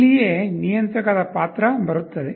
ಇಲ್ಲಿಯೇ ನಿಯಂತ್ರಕದ ಪಾತ್ರ ಬರುತ್ತದೆ